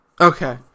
Okay